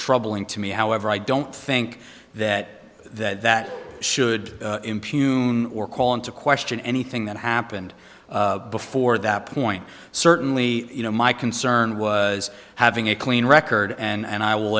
troubling to me however i don't think that that that should impugn or call into question anything that happened before that point certainly you know my concern was having a clean record and i will